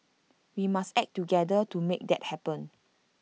we must act together to make that happen